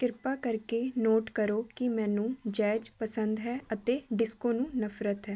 ਕਿਰਪਾ ਕਰਕੇ ਨੋਟ ਕਰੋ ਕਿ ਮੈਨੂੰ ਜੈਜ਼ ਪਸੰਦ ਹੈ ਅਤੇ ਡਿਸਕੋ ਨੂੰ ਨਫ਼ਰਤ ਹੈ